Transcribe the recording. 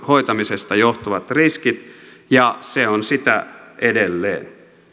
hoitamisesta johtuvat riskit ja se on sitä edelleen